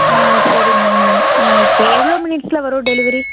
சரிங்க ma'am okay எவ்வளோ மினிட்ஸில் வரும் டெலிவெரி